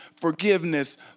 forgiveness